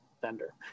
vendor